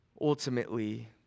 Ultimately